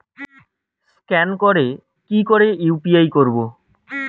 Scan করে কি করে ইউ.পি.আই করবো?